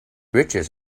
riches